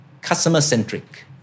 customer-centric